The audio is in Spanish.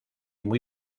muy